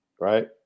right